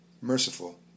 merciful